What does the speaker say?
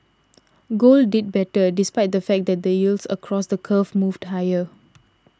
gold did better despite the fact that the yields across the curve moved higher